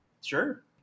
Sure